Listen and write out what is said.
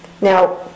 Now